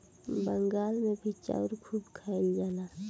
बंगाल मे भी चाउर खूब खाइल जाला